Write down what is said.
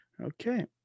Okay